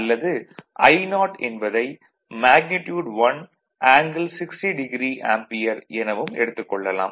அல்லது I0 என்பதை magnitude 1 angle 60° ampere எனவும் எடுத்துக் கொள்ளலாம்